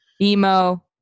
emo